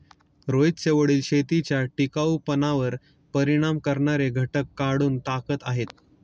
रोहितचे वडील शेतीच्या टिकाऊपणावर परिणाम करणारे घटक काढून टाकत आहेत